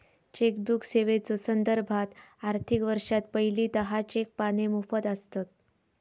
chequebook सेवेच्यो संदर्भात, आर्थिक वर्षात पहिली दहा चेक पाने मोफत आसतत